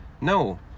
no